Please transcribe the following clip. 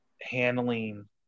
handling